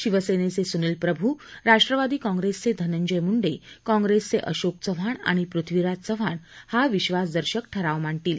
शिवसेनेचे सुनील प्रभू राष्ट्रवादी काँग्रिसचे धनंजय मुंडे काँग्रेसचे अशोक चव्हाण आणि पृथ्वीराज चव्हाण विश्वासदर्शक ठराव मांडतील